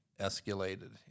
escalated